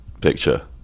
Picture